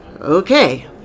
Okay